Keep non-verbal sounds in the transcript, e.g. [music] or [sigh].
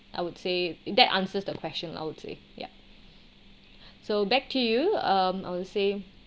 I would say that answers the question I would say ya [breath] so back to you um on the same